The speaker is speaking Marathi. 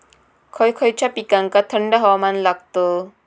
खय खयच्या पिकांका थंड हवामान लागतं?